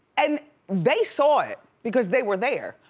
and they saw it because they were there,